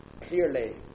clearly